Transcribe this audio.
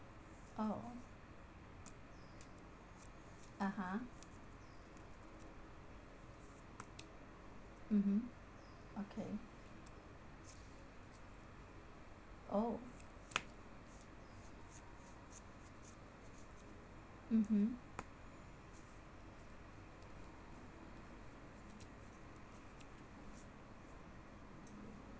oh (uh huh) mmhmm okay oh mmhmm